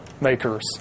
makers